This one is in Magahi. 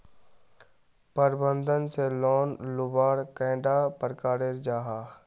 प्रबंधन से लोन लुबार कैडा प्रकारेर जाहा?